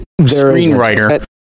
screenwriter